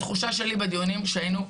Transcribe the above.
התחושה שלי בדיונים שהיינו בהם,